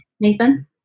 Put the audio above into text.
Nathan